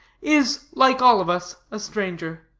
is, like all of us, a stranger.